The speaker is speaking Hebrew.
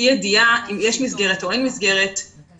אי הידיעה האם יש מסגרת או אין מסגרת גם